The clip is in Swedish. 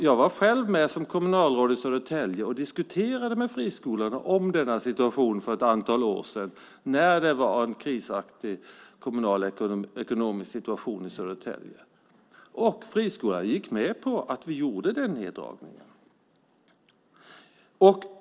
Jag var själv med som kommunalråd i Södertälje och diskuterade med friskolorna om denna situation för ett antal år sedan när det var en ekonomi i kris i Södertälje kommun, och friskolorna gick med på att vi gjorde neddragningar.